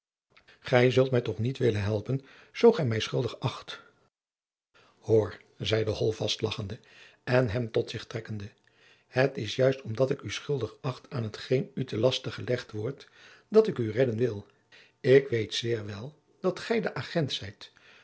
gij zult mij toch niet willen helpen zoo gij mij schuldig acht hoor zeide holtvast lagchende en hem tot zich trekkende het is juist omdat ik u schuldig acht aan hetgeen u te laste gelegd wordt dat ik u redden wil ik weet zeer wel dat gij de agent zijt